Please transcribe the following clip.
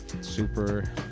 super